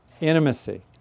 Intimacy